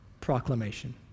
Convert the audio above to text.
proclamation